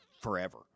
forever